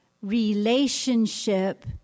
Relationship